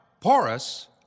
porous